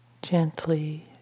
gently